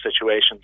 situations